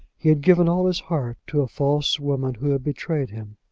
he had given all his heart to a false woman who had betrayed him.